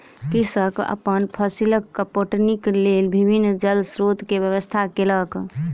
कृषक अपन फसीलक पटौनीक लेल विभिन्न जल स्रोत के व्यवस्था केलक